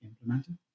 implemented